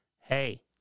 Hey